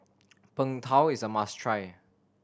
Png Tao is a must try